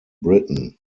britain